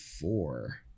four